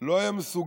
לא היה מסוגל